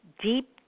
deep